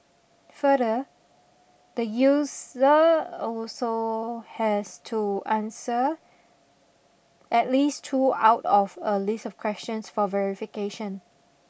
further the user also has to answer at least two out of a list of questions for verification